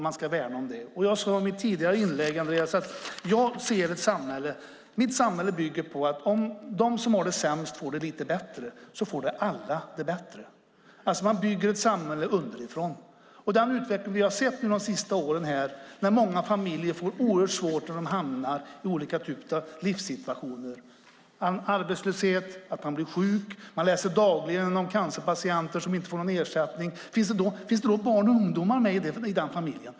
Jag sade i mitt tidigare inlägg, Andreas, att mitt samhälle bygger på att om de som har det sämst får det lite bättre får alla det bättre. Man bygger ett samhälle underifrån. Vi har sett en utveckling de senaste åren där många familjer med ungdomar får det oerhört svårt och hamnar i olika typer av livssituationer - arbetslöshet, sjukdom, vi läser dagligen om cancerpatienter som inte får ersättning.